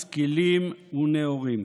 משכילים ונאורים.